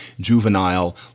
juvenile